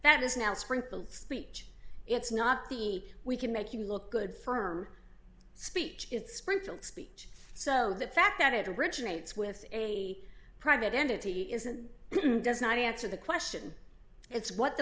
that is now springfield speech it's not the we can make you look good firm speech it's brutal speech so the fact that it originates with a private entity isn't does not answer the question it's what the